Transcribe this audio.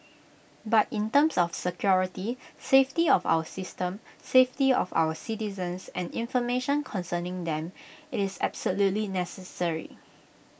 but in terms of security safety of our system safety of our citizens and information concerning them IT is absolutely necessary